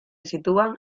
sitúan